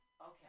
Okay